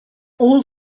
all